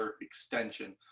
extension